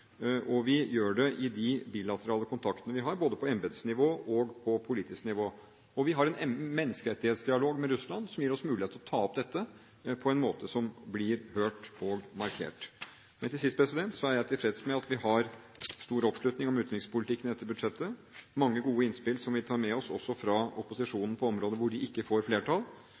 og vi gjør det i de bilaterale kontaktene vi har, både på embetsnivå og på politisk nivå. Vi har en menneskerettighetsdialog med Russland som gir oss mulighet til å ta opp dette på en måte som blir hørt og markert. Til sist: Jeg er tilfreds med at vi har stor oppslutning om utenrikspolitikken i dette budsjettet, mange gode innspill som vi tar med oss også fra opposisjonen, på områder hvor de ikke får flertall.